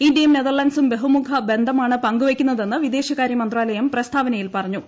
ഇന്ത്യയും നെതർലന്റ്സും ബഹുമുഖ ബഡ്ഡിമാണ് പങ്കുവെയ്ക്കുന്നതെന്ന് വിദേശകാര്യ മന്ത്രാലയം പ്രസ്തിച്ചുനയിൽ പറഞ്ഞു